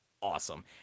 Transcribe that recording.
awesome